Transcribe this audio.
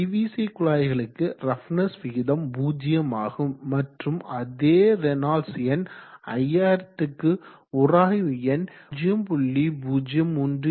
PVC குழாய்களுக்கு ரஃப்னஸ் விகிதம் 0 ஆகும் மற்றும் அதே ரேனால்ட்ஸ் எண் 5000 க்கு உராய்வு எண் 0